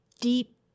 deep